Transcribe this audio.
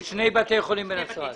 עוד שני בתי חולים בנצרת.